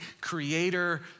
creator